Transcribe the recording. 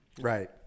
Right